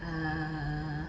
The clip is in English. err